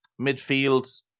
Midfield